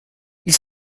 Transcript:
ils